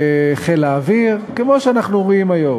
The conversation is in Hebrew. בחיל האוויר, כמו שאנחנו רואים היום?